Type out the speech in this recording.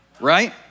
right